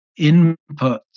inputs